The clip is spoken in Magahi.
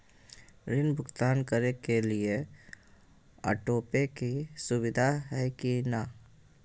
ऋण भुगतान करे के लिए ऑटोपे के सुविधा है की न?